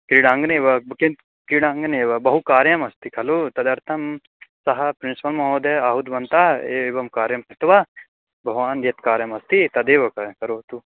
क्रीडाङ्गणेव किन् क्रीडाङ्गणे एव बहु कार्यम् अस्ति खलु तदर्थं सः प्रिन्सिपल् महोदयः आहूतवन्तः एवं कार्यं कृत्वा भवान् यद् कार्यमस्ति तदेव क् करोतु